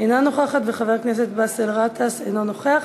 אינה נוכחת, חבר הכנסת באסל גטאס, אינו נוכח.